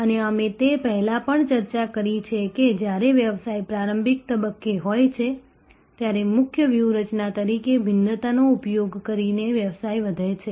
અને અમે તે પહેલાં પણ ચર્ચા કરી છે કે જ્યારે વ્યવસાય પ્રારંભિક તબક્કે હોય છે ત્યારે મુખ્ય વ્યૂહરચના તરીકે ભિન્નતાનો ઉપયોગ કરીને વ્યવસાય વધે છે